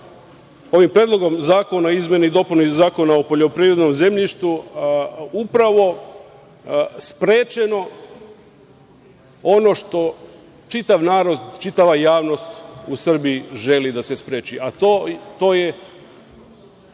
ovim Predlogom zakona o izmeni i dopunama Zakona o poljoprivrednom zemljištu, upravo sprečeno ono što čitav narod, čitava javnost u Srbiji želi da se spreči, a to je